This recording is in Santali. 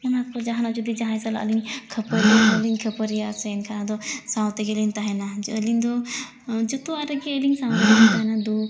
ᱚᱱᱟ ᱠᱚ ᱡᱟᱦᱟᱱᱟᱜ ᱡᱩᱫᱤ ᱡᱟᱦᱟᱸᱭ ᱥᱟᱞᱟᱜ ᱞᱤᱧ ᱠᱷᱟᱹᱯᱟᱹᱨᱤ ᱦᱚᱸᱞᱤᱧ ᱠᱷᱟᱹᱯᱟᱹᱨᱤᱭᱟᱹᱜ ᱟᱥᱮ ᱮᱱᱠᱟ ᱟᱫᱚ ᱥᱟᱶ ᱛᱮᱜᱮ ᱞᱤᱧ ᱛᱟᱦᱮᱱᱟ ᱟᱹᱞᱤᱧ ᱫᱚ ᱡᱚᱛᱚᱣᱟᱜ ᱨᱮᱜᱮ ᱟᱹᱞᱤᱧ ᱥᱟᱶ ᱨᱮᱜᱮᱞᱤᱧ ᱛᱟᱦᱮᱱᱟ ᱫᱩᱠᱷ